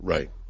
Right